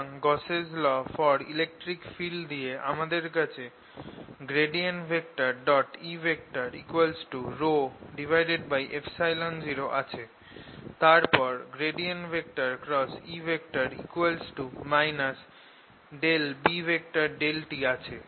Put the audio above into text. সুতরাং Gauss's law for electric field দিয়ে আমাদের কাছে E 0 আছে তারপর E B∂t আছে